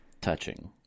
touching